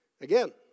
Again